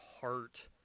heart